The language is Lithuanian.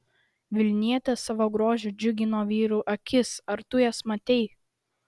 vilnietės savo grožiu džiugino vyrų akis ar tu jas matei